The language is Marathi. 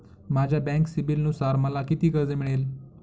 माझ्या बँक सिबिलनुसार मला किती कर्ज मिळेल?